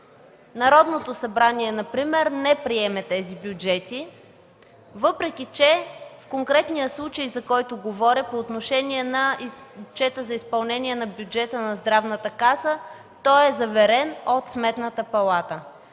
Народното събрание например не приеме тези бюджети, въпреки че в конкретния случай, за който говоря по отношение отчета за изпълнение на бюджета на Националната здравноосигурителна каса, е заверен от Сметната палата?